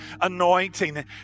anointing